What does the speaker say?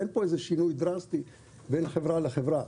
אין פה איזה שינוי דרסטי בין חברה לחברה.